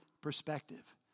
perspective